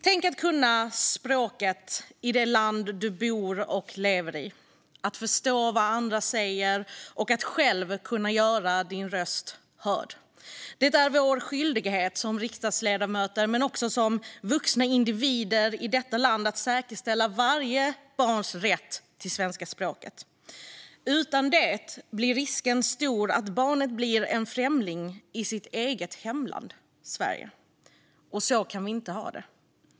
Tänk att kunna språket i det land du bor och lever i, att förstå vad andra säger och att kunna göra din egen röst hörd. Det är vår skyldighet som riksdagsledamöter men också som vuxna individer i detta land att säkerställa varje barns rätt till svenska språket. Utan det är risken stor att barnet blir en främling i sitt eget hemland, och så kan vi inte ha det i Sverige.